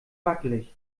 wackelig